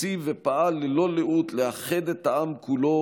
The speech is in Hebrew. הציב ופעל ללא לאות לאחד את העם כולו